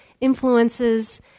influences